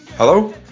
Hello